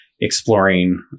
exploring